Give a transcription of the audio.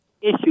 Issue